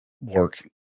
work